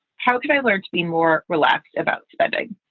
how did i learn to be more relaxed about spending?